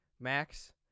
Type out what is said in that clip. Max